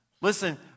Listen